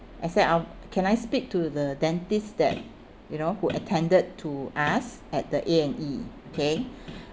I said uh can I speak to the dentist that you know who attended to us at the A&E okay